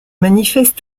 manifeste